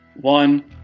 one